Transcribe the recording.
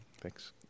Thanks